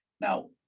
Now